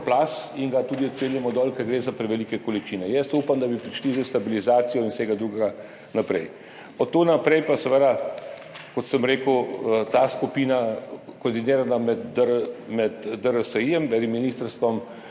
in ga tudi odpeljemo dol, ker gre za prevelike količine. Jaz upam, da bomo prišli s stabilizacijo in naprej vse drugo. Od tu naprej pa seveda, kot sem rekel, ta skupina, koordinirana med DRSI in Ministrstvom